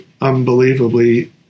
unbelievably